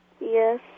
Yes